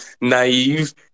naive